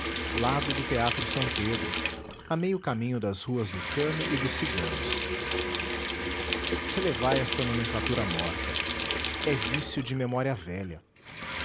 lado do teatro s pedro a meio caminho das ruas do cano e dos ciganos relevai esta nomenclatura morta é vício de memória velha